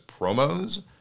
promos